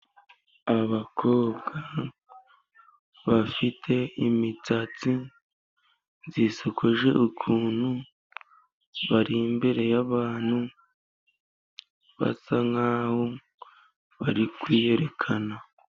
Abakobwa bafite imisatsi isokoje ukuntu， bari imbere yabantu， basa nk'aho bari kwiyerekana.